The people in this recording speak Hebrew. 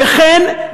וכן,